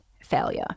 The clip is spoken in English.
failure